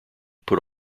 put